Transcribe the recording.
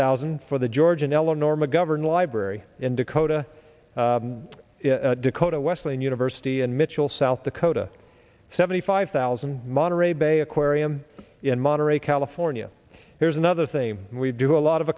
thousand for the georgian eleanor mcgovern library in dakota dakota wesley university and mitchell south dakota seventy five thousand monterey bay aquarium in monterey california here's another thing we do a lot of